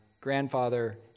grandfather